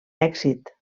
èxit